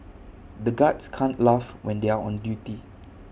the guards can't laugh when they are on duty